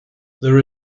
there